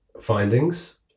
findings